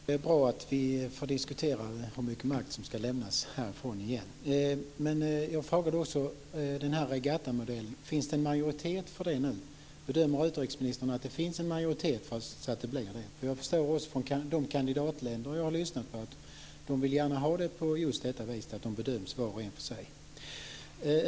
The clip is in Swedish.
Fru talman! Det är bra att vi får diskutera hur mycket makt som ska lämnas härifrån. Men jag frågade också om det finns en majoritet för regattamodellen nu. Bedömer utrikesministern att det finns en majoritet för den? Från de kandidatländer jag har lyssnat på förstår jag att de gärna vill att de bedöms var för sig.